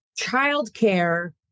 childcare